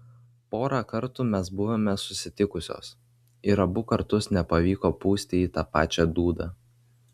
porą kartų mes buvome susitikusios ir abu kartus nepavyko pūsti į tą pačią dūdą